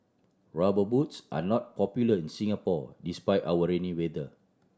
Rubber Boots are not popular in Singapore despite our rainy weather